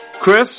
Chris